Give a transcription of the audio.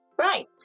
right